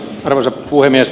arvoisa puhemies